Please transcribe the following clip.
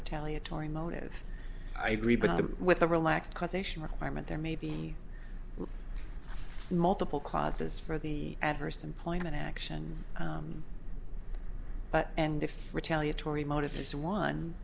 retaliatory motive i agree but with a relaxed causation requirement there may be multiple causes for the adverse employment action but and if retaliatory motive is one